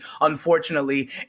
unfortunately